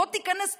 בוא תיכנס פנימה,